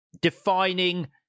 defining